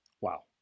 Wow